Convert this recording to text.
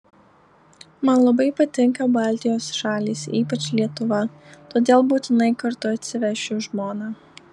man labai patinka baltijos šalys ypač lietuva todėl būtinai kartu atsivešiu žmoną